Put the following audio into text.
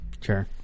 Sure